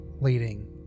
leading